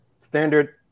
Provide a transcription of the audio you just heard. Standard